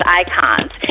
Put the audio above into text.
icons